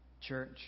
Church